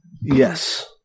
yes